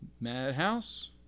Madhouse